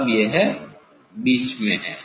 अब यह बीच में है